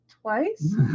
twice